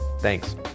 Thanks